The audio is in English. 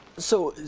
so,